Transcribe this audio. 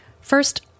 first